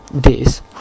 days